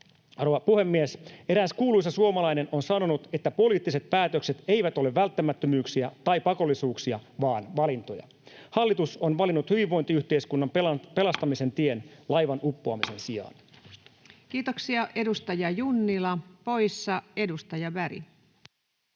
rouva puhemies! Eräs kuuluisa suomalainen on sanonut, että poliittiset päätökset eivät ole välttämättömyyksiä tai pakollisuuksia vaan valintoja. Hallitus on valinnut hyvinvointiyhteiskunnan pelastamisen tien laivan uppoamisen sijaan.